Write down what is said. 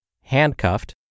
handcuffed